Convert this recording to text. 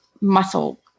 muscle